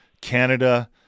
Canada